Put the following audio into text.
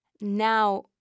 Now